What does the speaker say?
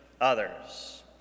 others